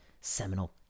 seminal